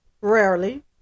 rarely